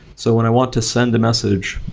so when i want to send a message,